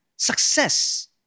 Success